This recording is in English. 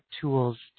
tools